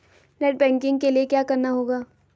Net banking के लिए क्या करना होगा?